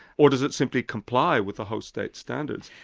or does it simply comply with the host state standards?